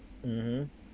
mmhmm